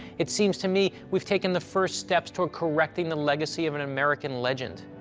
it seems to me we've taken the first steps toward correcting the legacy of an american legend,